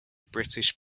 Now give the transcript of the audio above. british